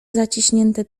zaciśnięte